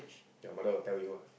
your mother got tell you ah